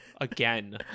again